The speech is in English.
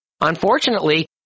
unfortunately